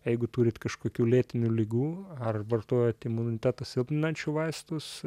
jeigu turit kažkokių lėtinių ligų ar vartojat imunitetą silpninančių vaistus